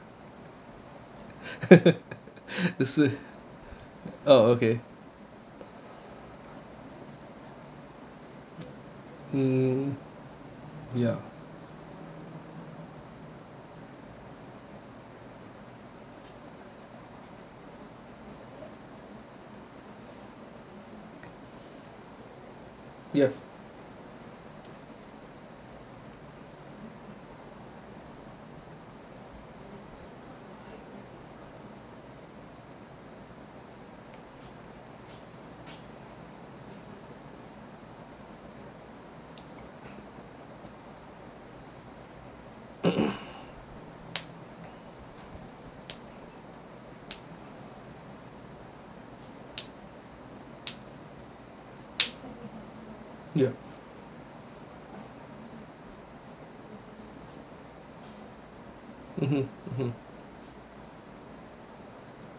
that's why oh okay hmm ya yup yup mmhmm mmhmm